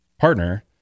partner